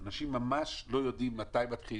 שהנהג לא מקבל מזומן,